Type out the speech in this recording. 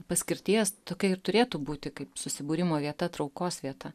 paskirties tokia ir turėtų būti kaip susibūrimo vieta traukos vieta